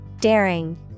Daring